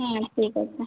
হ্যাঁ ঠিক আছে